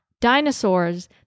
dinosaurs